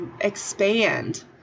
expand